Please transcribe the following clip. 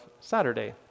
Saturday